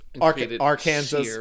Arkansas